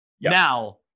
Now